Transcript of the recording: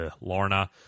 Lorna